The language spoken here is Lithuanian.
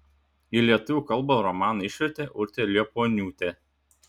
į lietuvių kalbą romaną išvertė urtė liepuoniūtė